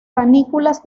panículas